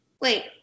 wait